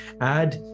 Add